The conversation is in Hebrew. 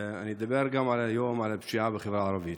אני אדבר גם היום על הפשיעה בחברה הערבית.